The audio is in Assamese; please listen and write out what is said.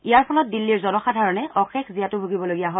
ইয়াৰ ফলত দিল্লীৰ জনসাধাৰণ অশেষ জীয়াতু ভুগিবলগীয়া হয়